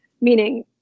meaning